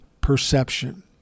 perception